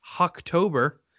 October